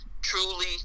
truly